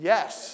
Yes